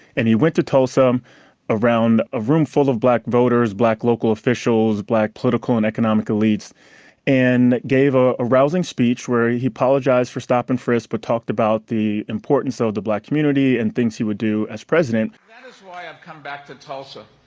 and he went to tulsa um around a room full of black voters, black local officials, black political and economic elites and gave ah a rousing speech where he he apologized for stop and frisk, but talked about the importance of the black community and things he would do as president. that is why i've come back to tulsa,